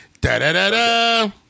Da-da-da-da